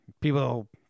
people